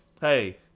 Hey